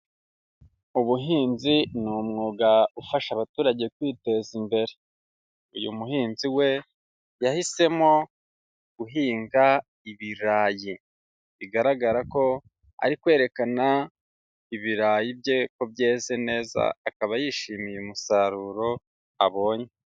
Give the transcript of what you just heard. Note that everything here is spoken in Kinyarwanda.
Ubuhinzi ni umwuga ufasha abaturage kwiteza imbere, uyu muhinzi we yahisemo guhinga ibirayi, bigaragara ko ari kwerekana ibirayi bye ko byeze neza, akaba yishimiye umusaruro abonye.